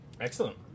Excellent